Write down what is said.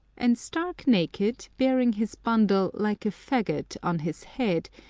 and stark naked, bearing his bundle like a faggot on his head,